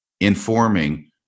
informing